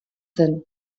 zen